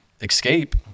escape